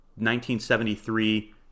1973